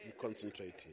concentrating